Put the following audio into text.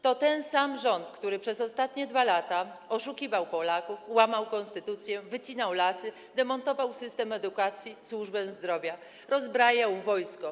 To ten sam rząd, który przez ostatnie 2 lata oszukiwał Polaków, łamał konstytucję, wycinał lasy, demontował system edukacji, służbę zdrowia, rozbrajał wojsko.